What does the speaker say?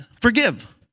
forgive